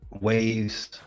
waves